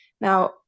Now